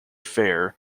fair